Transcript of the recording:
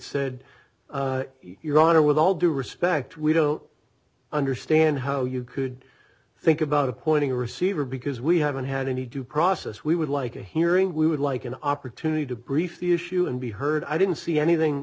said your honor with all due respect we don't understand how you could think about appointing a receiver because we haven't had any due process we would like a hearing we would like an opportunity to brief the issue and be heard i didn't see anything